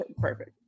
perfect